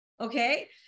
Okay